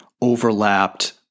overlapped